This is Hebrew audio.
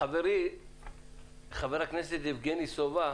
חבר הכנסת יבגני סובה,